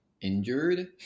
injured